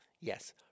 yes